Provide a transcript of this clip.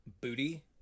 booty